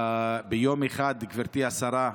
ביום אחד, גברתי השרה,